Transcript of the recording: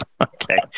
Okay